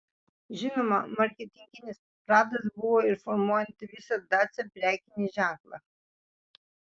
žinoma marketinginis pradas buvo ir formuojant visą dacia prekinį ženklą